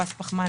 מאופס פחמן,